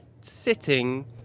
sitting